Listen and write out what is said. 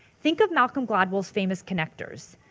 think of malcolm gladwell's famous connectors,